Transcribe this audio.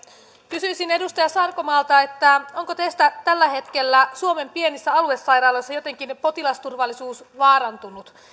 kysyisin edustaja sarkomaalta onko teistä tällä hetkellä suomen pienissä aluesairaaloissa jotenkin potilasturvallisuus vaarantunut